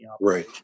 Right